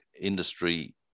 industry